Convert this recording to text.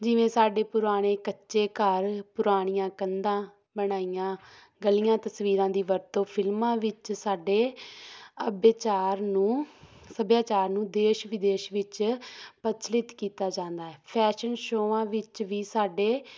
ਜਿਵੇਂ ਸਾਡੇ ਪੁਰਾਣੇ ਕੱਚੇ ਘਰ ਪੁਰਾਣੀਆਂ ਕੰਧਾਂ ਬਣਾਈਆਂ ਗਲੀਆਂ ਤਸਵੀਰਾਂ ਦੀ ਵਰਤੋਂ ਫਿਲਮਾਂ ਵਿੱਚ ਸਾਡੇ ਅਬਿਆਚਾਰ ਨੂੰ ਸੱਭਿਆਚਾਰ ਨੂੰ ਦੇਸ਼ ਵਿਦੇਸ਼ ਵਿੱਚ ਪ੍ਰਚੱਲਿਤ ਕੀਤਾ ਜਾਂਦਾ ਹੈ ਫੈਸ਼ਨ ਸ਼ੋਆਂ ਵਿੱਚ ਵੀ ਸਾਡੇ